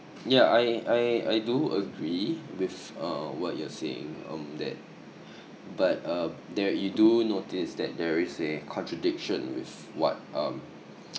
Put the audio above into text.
yeah I I I do agree with uh what you are saying um that but uh there you do notice that there is a contradiction with what um